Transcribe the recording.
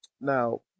now